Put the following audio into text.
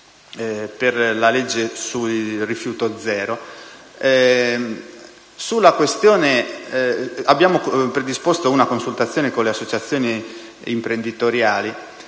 di legge rifiuti zero. Abbiamo predisposto una consultazione anche con le associazioni imprenditoriali,